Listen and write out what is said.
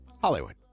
Hollywood